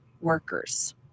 workers